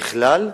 ככלל,